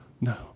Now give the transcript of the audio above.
No